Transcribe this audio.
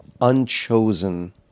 unchosen